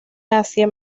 asia